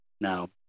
now